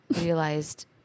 realized